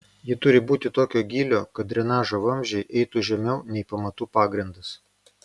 ji turi būti tokio gylio kad drenažo vamzdžiai eitų žemiau nei pamatų pagrindas